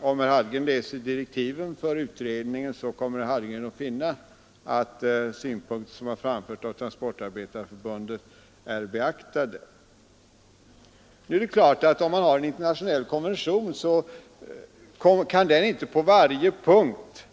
Om herr Hallgren läser direktiven för utredningen skall herr Hallgren finna att de synpunkter som framförts av Transportarbetareförbundet är beaktade. Om man har en internationell konvention kan den givetvis inte på varje punkt